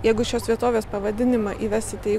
jeigu šios vietovės pavadinimą įvesite į